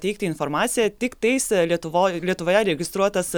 teikti informaciją tiktais lietuvoj lietuvoje registruotas